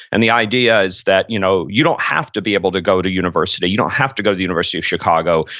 and the idea is that you know you don't have to be able to go to university. you don't have to go to the university of chicago.